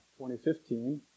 2015